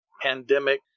pandemic